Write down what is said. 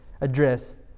address